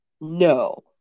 No